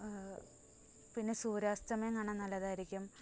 പിന്നെ സൂര്യാസ്തമയം കാണാൻ നല്ലതായിരിക്കും